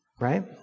Right